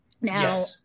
Now